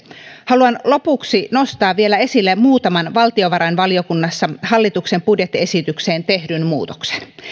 haluan lopuksi nostaa vielä esille muutaman valtiovarainvaliokunnassa hallituksen budjettiesitykseen tehdyn muutoksen